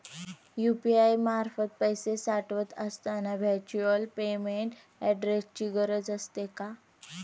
UPI मार्फत पैसे पाठवत असताना व्हर्च्युअल पेमेंट ऍड्रेसची गरज असते का?